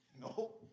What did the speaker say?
No